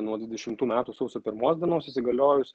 nuo dvidešimtų metų sausio pirmos dienos įsigaliojus